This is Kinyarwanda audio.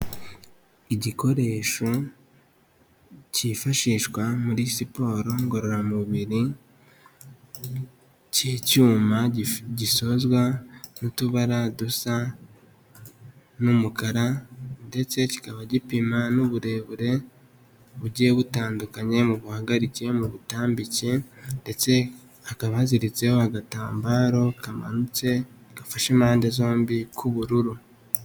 Igikoresho cyifashishwa muri siporo ngororamubiri cy'icyuma gisozwa n'utubara dusa n'umukara ndetse kikaba gipima n'uburebure bugiye butandukanye mu buhagarike, mu butambike ndetse hakaba haziritseho agatambaro kamanutse gafashe impande zombi k'ubururu.